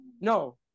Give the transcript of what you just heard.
No